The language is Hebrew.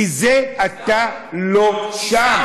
בזה אתה לא שם.